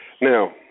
Now